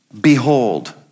Behold